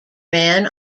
ran